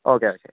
okay okay